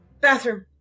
Bathroom